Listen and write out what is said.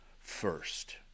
first